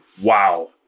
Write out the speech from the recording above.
Wow